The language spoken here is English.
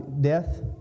Death